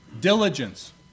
Diligence